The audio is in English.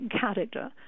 character